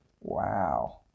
Wow